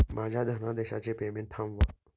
माझ्या धनादेशाचे पेमेंट थांबवा